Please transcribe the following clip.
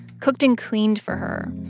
cooked and cleaned for her,